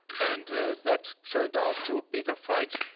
and that turned out to a bitter fight.